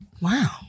wow